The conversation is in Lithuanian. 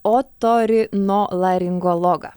o to ri no laringologą